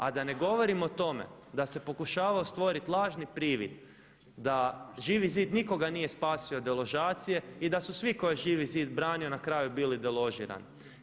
A da ne govorim o tome da se pokušavao stvoriti lažni privid da Živi zid nikoga nije spasio od deložacije i da su svi koje je Živi zid branio na kraju bili deložirani.